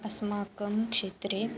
अस्माकं क्षेत्रे